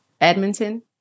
Edmonton